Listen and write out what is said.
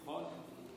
נכון.